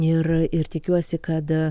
ir ir tikiuosi kad